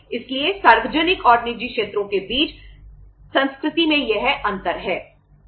इसलिए सार्वजनिक और निजी क्षेत्रों के बीच संस्कृति में यह अंतर है